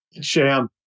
Sham